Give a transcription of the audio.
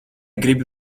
gribi